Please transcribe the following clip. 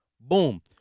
Boom